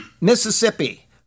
Mississippi